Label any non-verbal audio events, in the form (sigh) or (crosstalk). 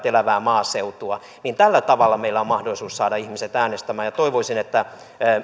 (unintelligible) elävää maaseutua tällä tavalla meillä on mahdollisuus saada ihmiset äänestämään ja toivoisin että